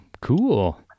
cool